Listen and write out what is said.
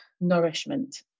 nourishment